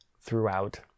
throughout